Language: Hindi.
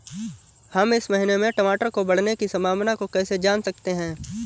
हम इस महीने में टमाटर के बढ़ने की संभावना को कैसे जान सकते हैं?